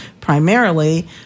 primarily